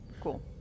Cool